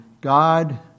God